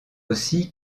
aussi